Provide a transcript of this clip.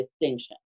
distinction